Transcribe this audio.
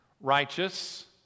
righteous